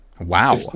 wow